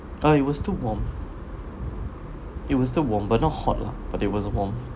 uh it was still warm it was still warm but not hot lah but it was warm